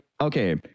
okay